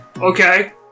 Okay